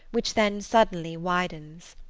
which then suddenly widens.